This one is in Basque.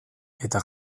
eta